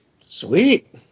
sweet